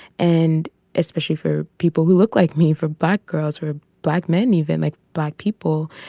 and especially for people who look like me for black girls who are black men even like black people.